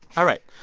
all right,